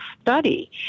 study